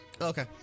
Okay